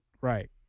right